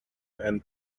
and